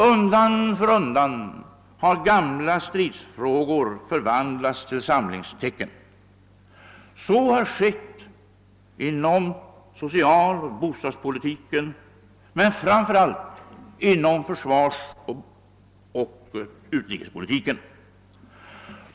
Undan för undan har gamla stridsfrågor förvandlats till samlingstecken. Så har skett inom socialoch bostadspolitiken men framför allt inom försvarsoch utrikespolitiken.